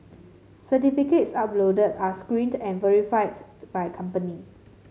certificates uploaded are screened and verified by company